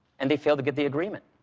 and they failed to get the agreement.